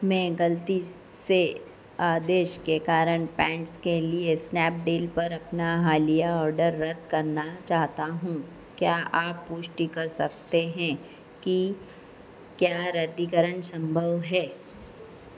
मैं गलती से आदेश के कारण पैन्ट्स के लिए स्नैपडील पर अपना हालिया ऑर्डर रद्द करना चाहता हूँ क्या आप पुष्टि कर सकते हैं कि क्या रद्दीकरण सम्भव है